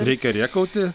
reikia rėkauti